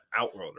outworlder